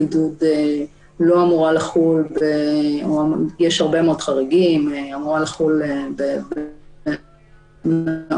סעיף שאיפשר בהקשר הרגיל של המלוניות